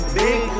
big